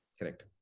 correct